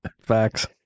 facts